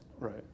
Right